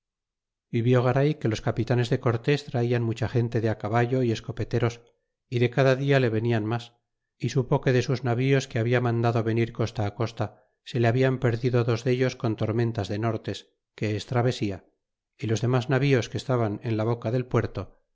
y vió garay que los capitanes de cortés talan mucha gente de á caballo y escopeteros y de cada dia le venían mas y supo que de sus navíos que habla mandado venir costa á costa se le hablan perdido dos dellos con tormenta de nortes que es travesía y los dernas navíos que estaban en la boca del puerto